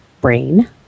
brain